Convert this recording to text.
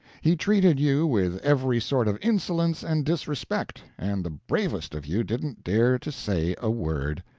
he treated you with every sort of insolence and disrespect, and the bravest of you didn't dare to say a word.